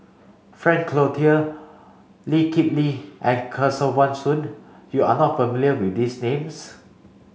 Frank Cloutier Lee Kip Lee and Kesavan Soon you are not familiar with these names